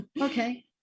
Okay